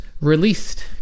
released